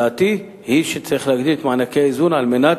דעתי היא שצריך להגדיל את מענקי האיזון על מנת